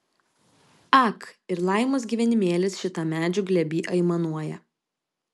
ak ir laimos gyvenimėlis šitam medžių glėby aimanuoja